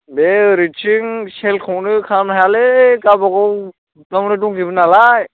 बे ओरैथिं सेलखौनो खालामनो हायालै गावबागाव नावनो दंजोबो नालाय